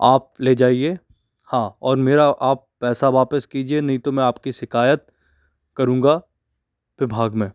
आप ले जाइए हाँ और मेरा आप पैसा वापिस कीजिए नहीं तो मैं आपकी शिकायत करूँगा विभाग में